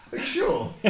Sure